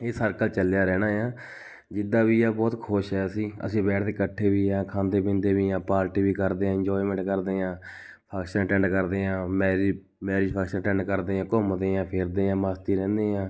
ਇਹ ਸਰਕਲ ਚੱਲਿਆ ਰਹਿਣਾ ਆ ਜਿੱਦਾਂ ਵੀ ਹੈ ਬਹੁਤ ਖੁਸ਼ ਹੈ ਅਸੀਂ ਅਸੀਂ ਬੈਠਦੇ ਇਕੱਠੇ ਵੀ ਹਾਂ ਖਾਂਦੇ ਪੀਂਦੇ ਵੀ ਹਾਂ ਪਾਰਟੀ ਵੀ ਕਰਦੇ ਹਾਂ ਇੰਨਜੋਏਮੈਂਟ ਕਰਦੇ ਹਾਂ ਫੰਕਸ਼ਨ ਅਟੈਂਡ ਕਰਦੇ ਹਾਂ ਮੈਰਿਜ ਮੈਰਿਜ ਫੰਕਸ਼ਨ ਅਟੈਂਡ ਕਰਦੇ ਹਾਂ ਘੁੰਮਦੇ ਹਾਂ ਫਿਰਦੇ ਹਾਂ ਮਸਤ ਹੀ ਰਹਿੰਦੇ ਹਾਂ